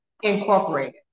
Incorporated